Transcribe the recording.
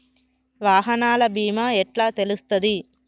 వాహనాల బీమా ఎట్ల తెలుస్తది?